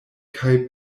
kaj